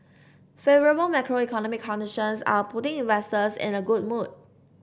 favourable macroeconomic conditions are putting investors in a good mood